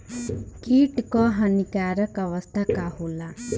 कीट क हानिकारक अवस्था का होला?